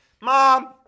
mom